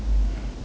orh